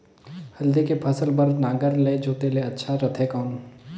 हल्दी के फसल बार नागर ले जोते ले अच्छा रथे कौन?